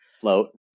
float